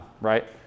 right